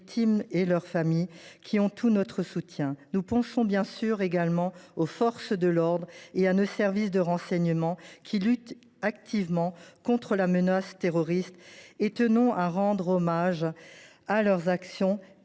Nous pensons également aux forces de l’ordre et à nos services de renseignement, qui luttent activement contre la menace terroriste. Nous tenons à rendre hommage à leur action qui – il